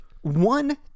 one